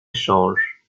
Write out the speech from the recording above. échange